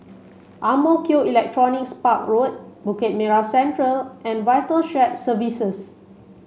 Ang Mo Kio Electronics Park Road Bukit Merah Central and VITAL Shared Services